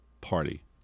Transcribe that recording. party